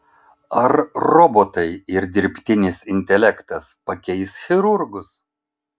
ar robotai ir dirbtinis intelektas pakeis chirurgus